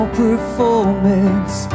performance